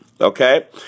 okay